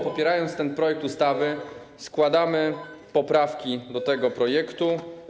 Popierając ten projekt ustawy, składamy poprawki do tego projektu.